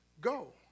go